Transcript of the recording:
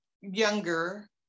younger